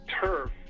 turf